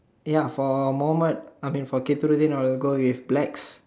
ya for Mohamed I mean for Kithrudin I will go with blacks